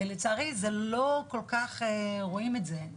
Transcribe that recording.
לצערי, לא כל כך רואים את זה,